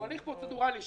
הוא הליך פרוצדורלי שבשוטף,